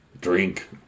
drink